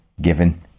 given